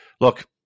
Look